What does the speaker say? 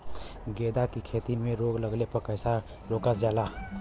गेंदा की खेती में रोग लगने पर कैसे रोकल जाला?